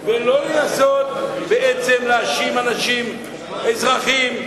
לא לנסות להאשים אנשים, אזרחים,